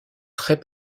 très